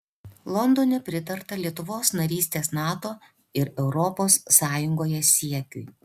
londone pritarta lietuvos narystės nato ir europos sąjungoje siekiui